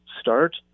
start